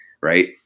right